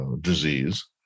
disease